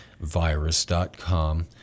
virus.com